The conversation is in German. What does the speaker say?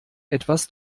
etwas